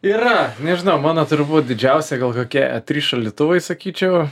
yra nežinau mano turbūt didžiausia gal kokie trys šaldytuvai sakyčiau